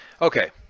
okay